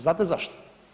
Znate zašto?